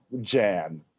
Jan